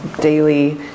daily